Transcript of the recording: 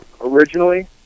originally